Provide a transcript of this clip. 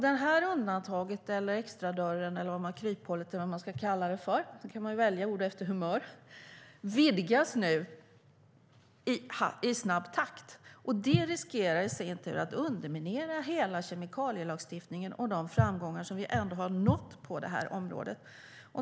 Det undantaget, den extradörren eller det kryphålet eller vad man ska kalla det - man kan välja ord efter humör - vidgas nu i snabb takt. Det riskerar i sin tur att underminera hela kemikalielagstiftningen och de framgångar som vi ändå har nått på det här området.